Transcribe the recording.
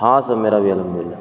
ہاں سب میرا بھی الحمد للہ